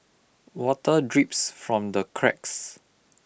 water drips from the cracks